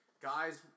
Guys